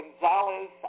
Gonzalez